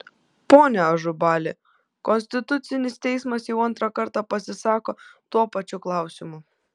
pone ažubali konstitucinis teismas jau antrą kartą pasisako tuo pačiu klausimu